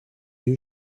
you